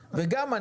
וגם,